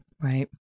Right